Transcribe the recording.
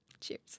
Cheers